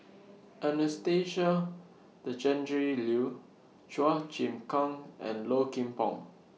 Anastasia Tjendri Liew Chua Chim Kang and Low Kim Pong